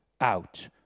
out